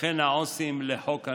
וכן העו"סים לחוק הנוער,